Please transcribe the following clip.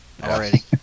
already